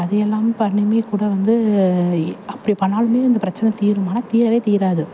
அது எல்லாமே பண்ணியுமே கூட வந்து ஏ அப்படி பண்ணாலுமே இந்த பிரச்சனை தீருமான்னா தீரவே தீராது